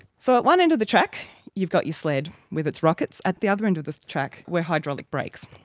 so at one end of the track you've got your sled with its rockets, at the other end of the track were hydraulic brakes.